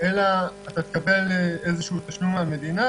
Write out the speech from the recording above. אלא אתה תקבל איזה שהוא תשלום מהמדינה.